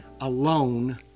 alone